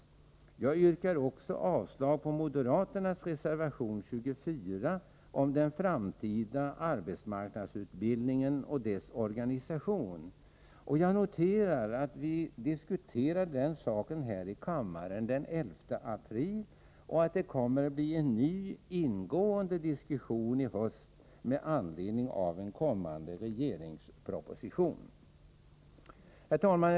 Jag yrkar också avslag på moderaternas reservation 24 om den framtida arbetsmarknadsutbildningen och dess organisation. Jag noterar att vi diskuterade den saken här i kammaren den 11 april och att det kommer att bli en ny, ingående diskussion i höst med anledning av en kommande regeringsproposition. Herr talman!